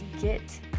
get